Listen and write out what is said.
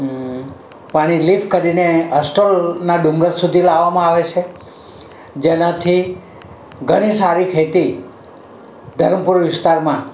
પાણી લિફ્ટ કરીને અસ્ટોલના ડુંગર સુધી લાવવામાં આવે છે જેનાથી ઘણી સારી ખેતી ધરમપુર વિસ્તારમાં